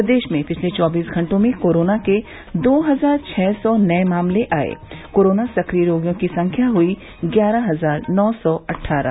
प्रदेश में पिछले चौबीस घंटों में कोरोना के दो हजार छः सौ नये मामले आये कोरोना सक्रिय रोगियों की संख्या हुई ग्यारह हजार नौ सौ अट्ठारह